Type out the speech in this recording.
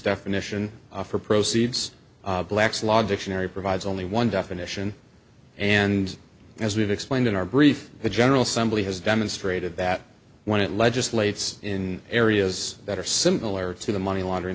definition for proceeds black's law dictionary provides only one definition and as we've explained in our brief the general somebody has demonstrated that when it legislates in areas that are similar to the money laundering